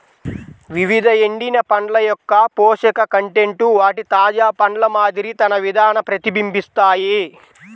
వివిధ ఎండిన పండ్ల యొక్కపోషక కంటెంట్ వాటి తాజా పండ్ల మాదిరి తన విధాన ప్రతిబింబిస్తాయి